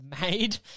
made